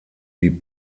die